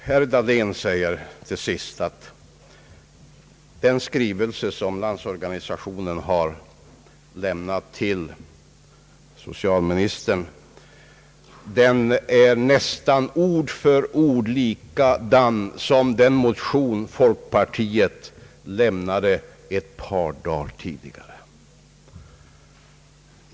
Herr Dahlén säger till sist, att den skrivelse som Landsorganisationen har lämnat till socialministern är nästan ord för ord likadan som den motion folkpartiet lämnade ett par dagar tidigare.